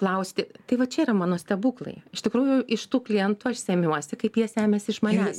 klausti tai va čia yra mano stebuklai iš tikrųjų iš tų klientų aš semiuosi kaip jie semiasi iš manęs